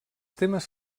temes